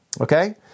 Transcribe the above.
okay